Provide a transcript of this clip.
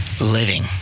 living